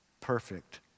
perfect